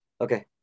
okay